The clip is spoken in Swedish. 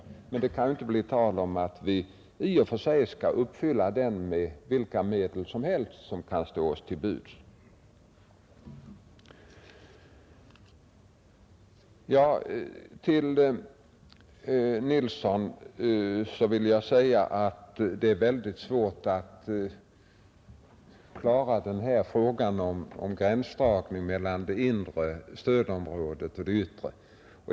Men det kan inte bli tal om att vi med vilka medel som helst, som kan stå oss till buds, skall uppfylla befolkningsmålsättningen. Till herr Nilsson i Östersund vill jag säga, att det är väldigt svårt att klara frågan om gränsdragningen mellan det inre stödområdet och det yttre.